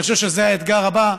ואני חושב שזה האתגר הבא,